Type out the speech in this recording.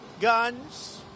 guns